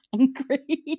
angry